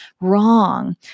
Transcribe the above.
wrong